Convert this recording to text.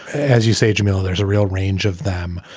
as you say, jamila, there's a real range of them.